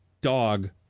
dog